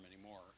anymore